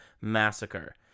Massacre